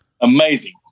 amazing